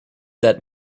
that